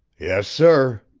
yes, sir.